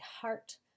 heart